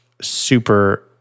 Super